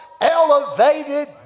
elevated